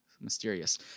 Mysterious